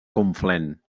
conflent